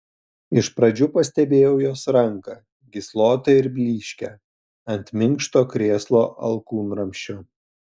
iš pradžių pastebėjau jos ranką gyslotą ir blyškią ant minkšto krėslo alkūnramsčio